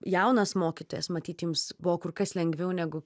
jaunas mokytojas matyt jums buvo kur kas lengviau negu